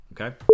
okay